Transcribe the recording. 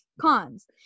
cons